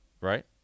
right